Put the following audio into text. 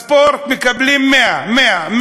בספורט מקבלים 100, 100,